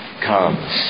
comes